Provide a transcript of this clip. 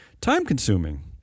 time-consuming